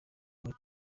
muri